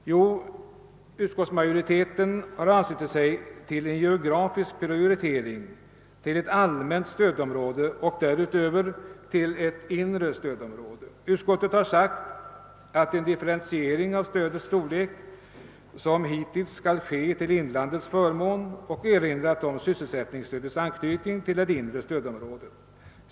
Jo, utskottsmajoriteten har anslutit sig till en geografisk prioritering till ett allmänt stödområde och därutöver till det inre stödområdet. Utskottet har sagt, att en differentiering av stödets storlek som hittills skall göras till inlandets förmån, och erinrat om sysselsättningsstödets anknytning till det inre stödområdet.